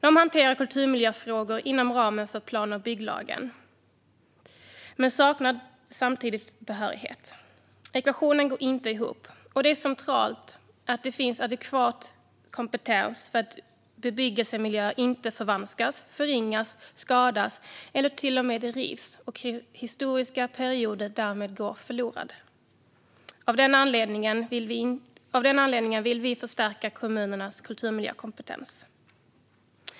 De hanterar kulturmiljöfrågor inom ramen för plan och bygglagen men saknar samtidigt behörighet. Ekvationen går inte ihop. Det är centralt att det finns adekvat kompetens för att se till att inte bebyggelsemiljöer förvanskas, förringas, skadas eller till och med rivs och historiska perioder därmed går förlorade. Av den anledningen vill vi förstärka kommunernas kulturmiljökompetens.